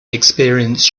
experience